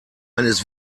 eines